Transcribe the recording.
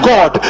God